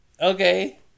okay